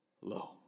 low